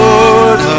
Lord